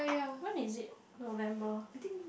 when is it November